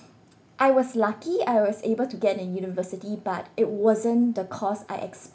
I was lucky I was able to get in university but it wasn't the course I ex~